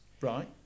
right